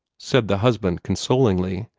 said the husband, consolingly.